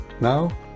Now